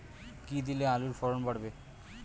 কী দিলে আলুর ফলন বাড়বে?